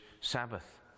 Sabbath